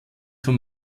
vom